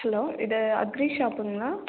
hello இது agri ஷாப்புங்களா